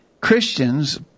Christians